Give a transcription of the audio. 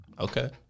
Okay